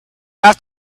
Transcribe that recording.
have